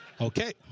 Okay